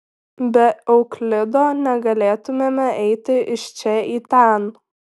be euklido negalėtumėme eiti iš čia į ten